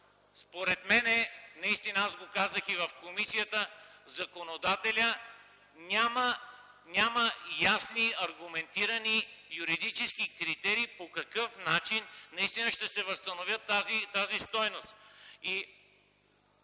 Според мен, аз го казах и в комисията, законодателят няма ясни аргументирани юридически критерии по какъв начин наистина ще се възстанови тази стойност.